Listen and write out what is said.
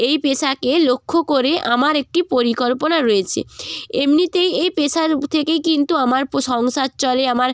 এই পেশাকে লক্ষ্য করে আমার একটি পরিকল্পনা রয়েছে এমনিতেই এই পেশার থেকেই কিন্তু আমার পুরো সংসার চলে আমার